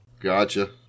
Gotcha